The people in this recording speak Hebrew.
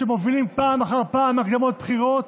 שמובילים פעם אחר פעם את הקדמת בחירות,